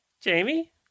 Jamie